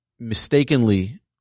mistakenly